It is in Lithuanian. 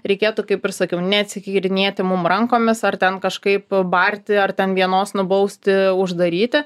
reikėtų kaip ir sakiau neatsikirtinėti mum rankomis ar ten kažkaip barti ar ten vienos nubausti uždaryti